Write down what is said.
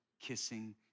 kissing